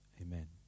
Amen